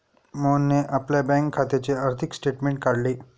मोहनने आपल्या बँक खात्याचे आर्थिक स्टेटमेंट काढले